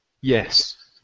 Yes